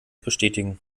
bestätigen